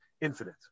infinite